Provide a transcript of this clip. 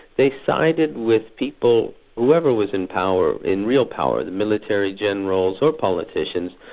they sided with people, whoever was in power, in real power, the military generals or politicians,